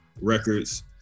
records